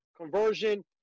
conversion